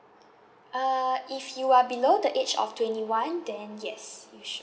uh if you are below the age of twenty one then yes you should